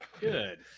Good